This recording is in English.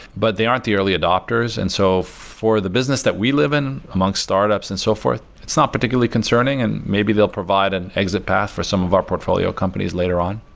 but they aren't the early adapters. and so for the business that we live in among startups and so forth, it's not particularly concerning, and maybe they'll provide an exit path for some of our portfolio companies later on.